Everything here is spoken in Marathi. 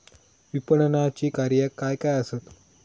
विपणनाची कार्या काय काय आसत?